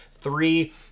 three